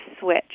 switch